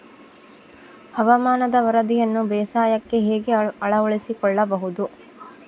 ಹವಾಮಾನದ ವರದಿಯನ್ನು ಬೇಸಾಯಕ್ಕೆ ಹೇಗೆ ಅಳವಡಿಸಿಕೊಳ್ಳಬಹುದು?